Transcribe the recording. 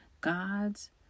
God's